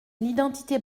l’identité